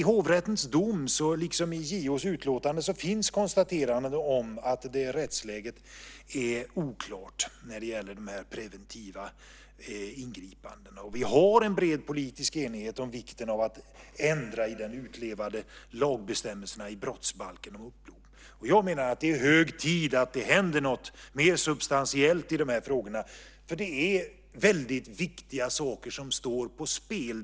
I hovrättens dom liksom i JO:s utlåtande finns konstateranden om att rättsläget är oklart när de gäller de preventiva ingripandena. Vi har en bred politisk enighet om vikten av att ändra i de utlevade lagbestämmelserna i brottsbalken om upplopp. Jag menar att det är hög tid att det händer något mer substantiellt i de här frågorna. Det är väldigt viktiga saker som står på spel.